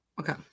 Okay